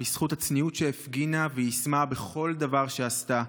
בזכות הצניעות שהפגינה ויישמה בכל דבר שעשתה,